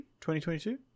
2022